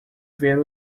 ver